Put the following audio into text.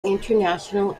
international